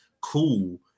cool